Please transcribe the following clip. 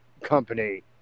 company